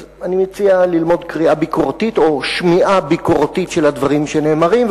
אז אני מציע ללמוד קריאה ביקורתית או שמיעה ביקורתית של הדברים שנאמרים,